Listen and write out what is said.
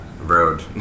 road